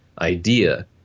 idea